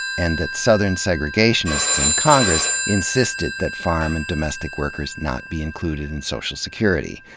and that southern segregationists in congress insisted that farm and domestic workers not be included in social security.